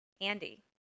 Andy